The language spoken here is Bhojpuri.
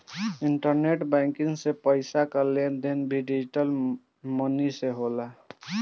इंटरनेट बैंकिंग से पईसा कअ लेन देन भी डिजटल मनी से होला